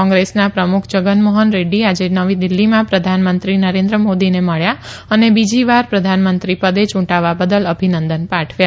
કોંગ્રેસના પ્રમુખ જગનમોહન રેડૃ આજે નવી દિલ્ફીમાં પ્રધાનમંત્રી નરેન્દ્ર મોદીને મળ્યા અને બીજીવાર પ્રધાનમંત્રી પદે યુંટાવા બદલ અભિનંદન પાઠવ્યા